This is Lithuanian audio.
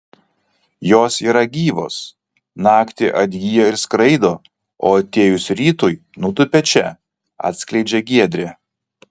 jos yra gyvos naktį atgyja ir skraido o atėjus rytui nutūpia čia atskleidžia giedrė